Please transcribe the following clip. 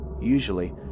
usually